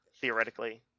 theoretically